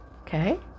Okay